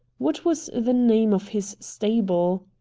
what was the name of his stable?